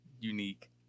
unique